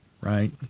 right